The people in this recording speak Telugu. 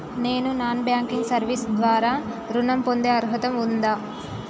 నేను నాన్ బ్యాంకింగ్ సర్వీస్ ద్వారా ఋణం పొందే అర్హత ఉందా?